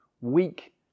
weak